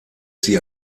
sie